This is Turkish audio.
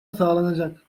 sağlanacak